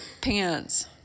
pants